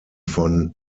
von